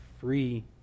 free